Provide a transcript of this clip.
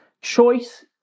choice